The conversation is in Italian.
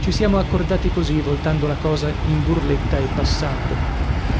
ci siamo accordati così voltando la cosa in burletta e passando